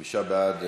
חמישה בעד,